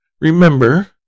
remember